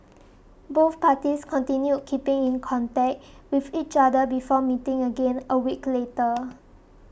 both parties continued keeping in contact with each other before meeting again a week later